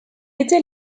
était